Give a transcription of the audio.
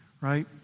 right